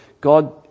God